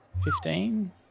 Fifteen